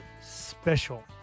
special